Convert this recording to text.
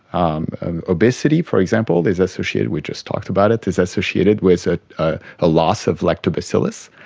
um obesity for example is associated, we just talked about it, is associated with a ah a loss of lactobacillus.